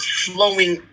flowing